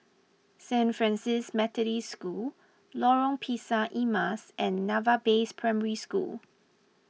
Saint Francis Methodist School Lorong Pisang Emas and Naval Base Primary School